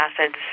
acids